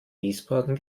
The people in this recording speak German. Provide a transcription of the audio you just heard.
wiesbaden